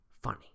funny